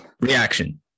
Reaction